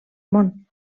món